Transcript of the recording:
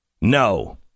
No